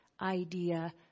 idea